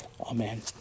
Amen